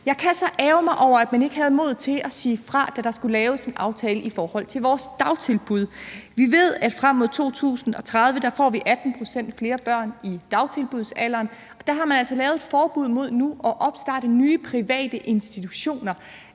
Jeg kan så ærgre mig over, at man ikke havde modet til at sige fra, da der skulle laves en aftale i forhold til vores dagtilbud. Vi ved, at vi frem mod 2030 får 18 pct. flere børn i dagtilbudsalderen, og der har man altså nu lavet et forbud mod at opstarte nye private institutioner,